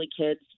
kids